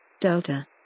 Delta